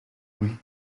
bruit